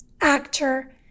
actor